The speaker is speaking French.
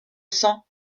sans